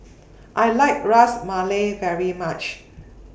I like Ras Malai very much